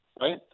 right